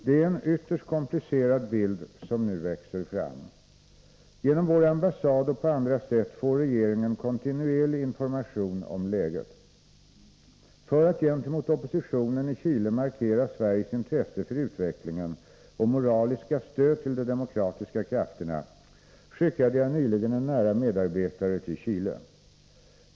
Det är en ytterst komplicerad bild som nu växer fram. Genom vår ambassad och på andra sätt får regeringen kontinuerlig information om läget. För att gentemot oppositionen i Chile markera Sveriges intresse för utvecklingen och vårt moraliska stöd till de demokratiska krafterna skickade jag nyligen en nära medarbetare till Chile.